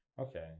okay